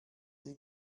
sie